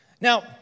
Now